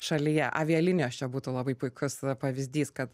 šalyje avialinijos čia būtų labai puikus pavyzdys kad